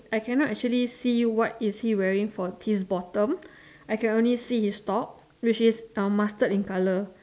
I can not actually see what is he wearing for his bottom I can only see his top which is mustard in colour